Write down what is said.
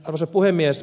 arvoisa puhemies